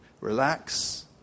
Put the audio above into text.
relax